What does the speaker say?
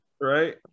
Right